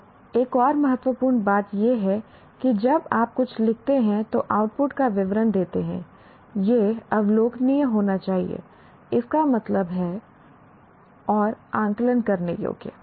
और एक और महत्वपूर्ण बात यह है कि जब आप कुछ लिखते हैं तो आउटपुट का विवरण देते हैं यह अवलोकनीय होना चाहिए इसका मतलब है और आकलन करने योग्य